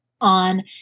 on